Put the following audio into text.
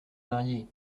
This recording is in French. marier